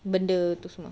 benda tu semua